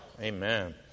Amen